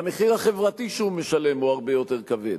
והמחיר החברתי שהוא משלם הוא הרבה יותר כבד.